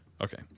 Okay